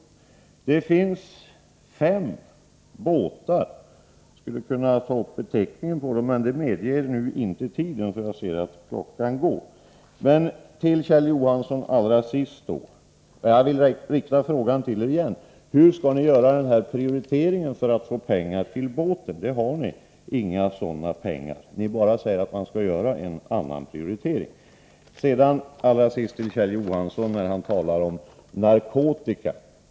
Det finns fem båtar — jag skulle kunna ange deras beteckningar, men det medger nu inte tiden, eftersom jag ser att min repliktid snart är slut. Jag vill återigen rikta min fråga till Kjell Johansson: Hur skall ni göra denna prioritering för att få pengar till båten? Ni har inga sådana pengar — ni bara säger att man skall göra en annan prioritering. Allra sist ett par ord till Kjell Johansson beträffande det han sade om narkotika.